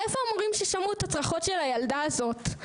איפה המורים ששמעו את הצרחות של הילדה הזאת?